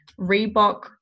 reebok